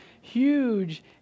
huge